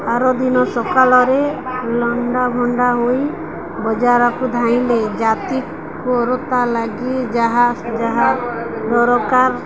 ଆାର ଦିନ ସକାଲରେ ଲଣ୍ଡାଭଣ୍ଡା ହୋଇ ବଜାରକୁ ଧାଇଁଲି ଜାତି କରୋତା ଲାଗି ଯାହା ଯାହା ଦରକାର